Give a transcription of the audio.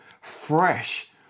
fresh